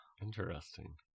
Interesting